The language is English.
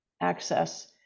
access